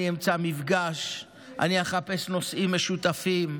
אני אמצא מפגש, אני אחפש נושאים משותפים.